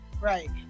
Right